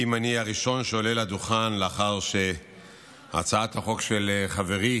אם אני הראשון שעולה לדוכן לאחר שהצעת החוק של חברי